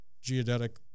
geodetic